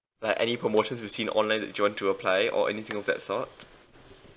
like any promotions you seen online that you want to apply or anything of that sort